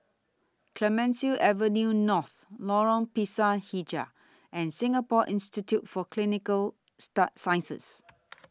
Clemenceau Avenue North Lorong Pisang Hijau and Singapore Institute For Clinical Sciences